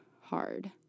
hard